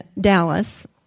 Dallas